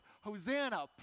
Hosanna